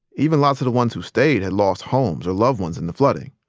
even lots of the ones who stayed had lost homes or loved ones in the flooding.